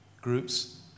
groups